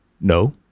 no